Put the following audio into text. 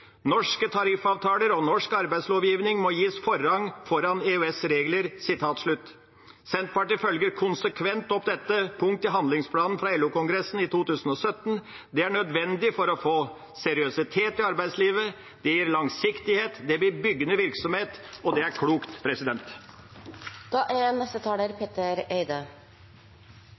Norske tariffavtaler og norsk arbeidslivslovgivning må gis forrang foran EUs regler.» Senterpartiet følger konsekvent opp dette punkt i handlingsprogrammet fra LO-kongressen i 2017. Det er nødvendig for å få seriøsitet i arbeidslivet, det gir langsiktighet, det vil bygge ned virksomhet – og det er klokt. Vi er